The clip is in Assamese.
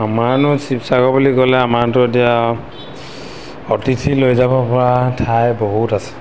আমাৰনো শিৱসাগৰ বুলি ক'লে আমাৰটো এতিয়া অতিথি লৈ যাব পৰা ঠাই বহুত আছে